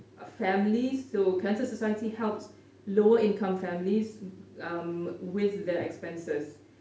families so cancer society helps lower income families um with their expenses